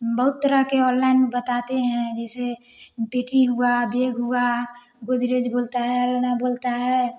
बहुत तरह के ऑनलाइन बताते हैं जैसे डिकी हुआ बेग हुआ गोदरेज बोलता है अरेना बोलता है